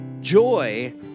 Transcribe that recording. joy